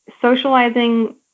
socializing